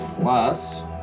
Plus